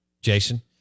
Jason